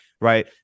Right